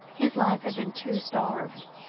his life had been too starved.